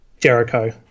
Jericho